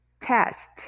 test